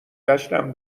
گشتم